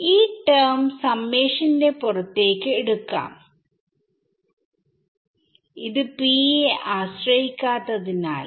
ഈ ടെർമ് സമ്മേഷന്റെ പുറത്തേക്ക് എടുക്കാം ഇത് p യെ ആശ്രയിക്കാത്തതിനാൽ